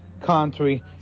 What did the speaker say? country